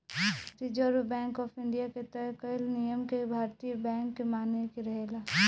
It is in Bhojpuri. रिजर्व बैंक ऑफ इंडिया के तय कईल नियम के भारतीय बैंक के माने के रहेला